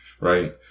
right